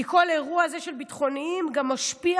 כי כל האירוע הזה של ביטחוניים גם משפיע